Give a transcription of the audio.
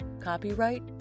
Copyright